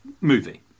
movie